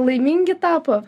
laimingi tapo